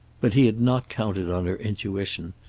but he had not counted on her intuition,